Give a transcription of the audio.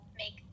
make